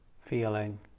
feeling